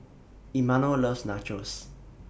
Emanuel loves Nachos